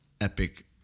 epic